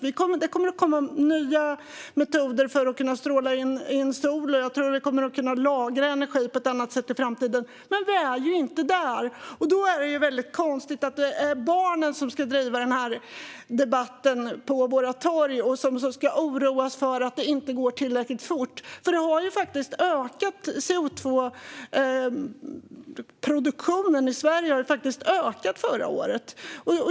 Det kommer att komma nya metoder att stråla in sol, och vi kommer också att kunna lagra energi på ett annat sätt i framtiden. Men vi är ju inte där! Då är det väldigt konstigt att det är barnen som ska driva denna debatt på våra torg och som ska oroa sig över att det inte går tillräckligt fort.